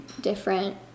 different